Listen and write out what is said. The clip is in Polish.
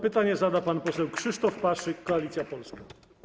Pytanie zada pan poseł Krzysztof Paszyk, Koalicja Polska.